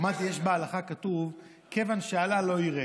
אמרתי שבהלכה כתוב: כיוון שעלה לא ירד.